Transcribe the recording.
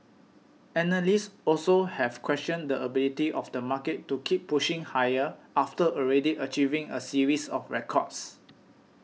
analysts also have questioned the ability of the market to keep pushing higher after already achieving a series of records